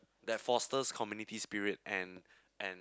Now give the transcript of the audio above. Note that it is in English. that fosters community spirit and and